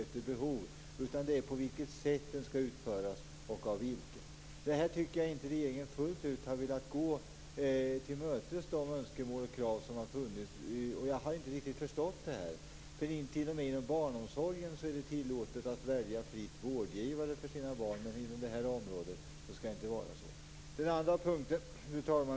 I stället handlar det om sättet på vilket vården skall utföras och om vem som skall utföra den. Här tycker jag inte att regeringen fullt ut har velat gå till mötes de önskemål och krav som har funnits. Jag har inte riktigt förstått det. T.o.m. inom barnomsorgen är det ju tillåtet att fritt välja vårdgivare för sina barn men inom det här området skall det inte vara så.